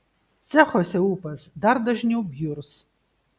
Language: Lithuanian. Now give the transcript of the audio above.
cechuose ūpas dar dažniau bjurs